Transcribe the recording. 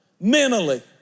mentally